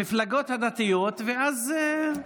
המפלגות הדתיות, ואז.